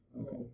Okay